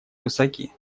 высоки